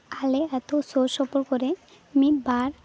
ᱟᱞᱮ ᱟᱛᱳ ᱥᱩᱨ ᱥᱩᱯᱩ ᱠᱚᱨᱮ ᱢᱤᱫ ᱵᱟᱨ